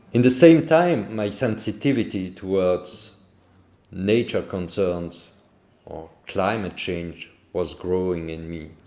in the same time, my sensitivity towards nature concerns or climate change, was growing in me.